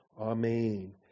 amen